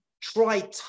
try